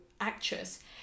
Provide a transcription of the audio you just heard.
actress